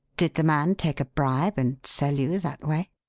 did the man take a bribe and sell you that way?